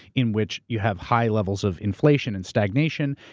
in which you have high levels of inflation and stagnation,